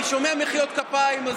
אני שומע מחיאות כפיים.